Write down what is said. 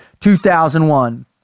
2001